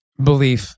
belief